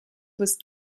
was